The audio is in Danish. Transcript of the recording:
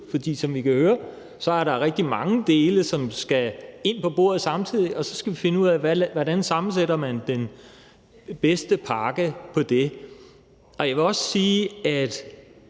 for som I kan høre, er der rigtig mange dele, som skal ind på bordet samtidig, og så skal vi finde ud af, hvordan man sammensætter den bedste pakke ud fra det. Jeg vil også sige, at